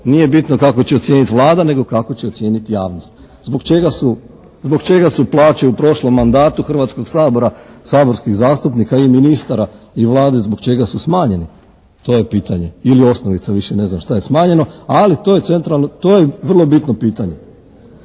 nije bitno kako će ocijeniti Vlada nego kako će ocijeniti javnost. Zbog čega su plaće u prošlom mandatu Hrvatskog sabora saborskih zastupnika i ministara i Vlade, zbog čega su smanjeni, to je pitanje. Ili osnovica, više ne znam šta je smanjeno, ali to je vrlo bitno pitanje.